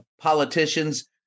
politicians